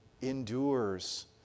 endures